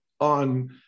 on